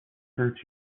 hurt